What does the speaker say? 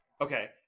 Okay